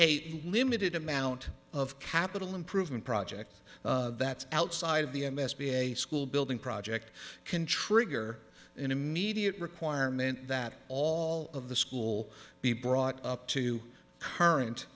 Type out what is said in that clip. a limited amount of capital improvement project that's outside of the m s b a school building project can trigger an immediate requirement that all of the school be brought up to current